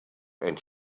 and